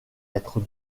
être